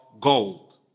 gold